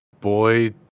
boy